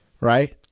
right